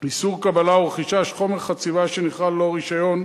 (איסור קבלה או רכישה של חומר חציבה שנכרה ללא רשיון),